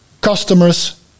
Customers